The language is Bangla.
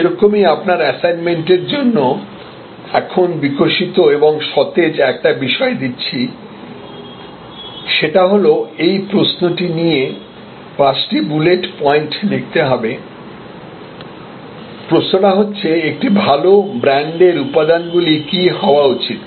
সেরকমই আপনার অ্যাসাইনমেন্ট এর জন্য এখন বিকশিত এবং সতেজ একটি বিষয় দিচ্ছি সেটা হল এই প্রশ্নটা নিয়ে পাঁচটি বুলেট পয়েন্ট লিখতে হবে প্রশ্নটা হচ্ছে যে একটি ভাল ব্র্যান্ডের উপাদানগুলি কী হওয়া উচিত